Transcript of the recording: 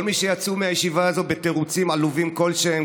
כל מי שיצאו מהישיבה הזו בתירוצים עלובים כלשהם,